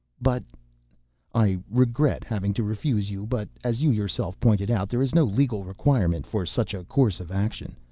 but i regret having to refuse you. but, as you yourself pointed out, there is no legal requirement for such a course of action.